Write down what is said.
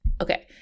Okay